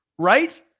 Right